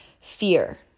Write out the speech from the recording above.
fear